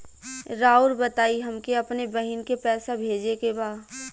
राउर बताई हमके अपने बहिन के पैसा भेजे के बा?